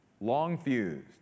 long-fused